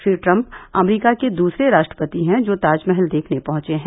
Shri Trump America के दूसरे राष्ट्रपति हैं जो ताजमहल देखने पहुंचे हैं